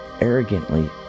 arrogantly